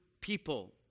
people